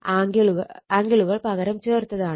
ആംഗിളുകൾ പകരം ചേർത്തതാണ്